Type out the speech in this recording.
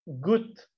good